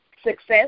Success